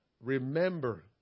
Remember